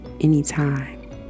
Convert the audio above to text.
anytime